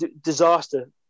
disaster